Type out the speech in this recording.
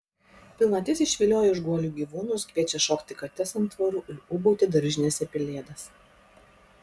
pilnatis išvilioja iš guolių gyvūnus kviečia šokti kates ant tvorų ir ūbauti daržinėse pelėdas